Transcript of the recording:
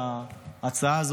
שההצעה הזאת,